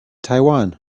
taiwan